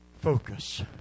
focus